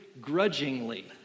grudgingly